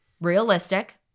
realistic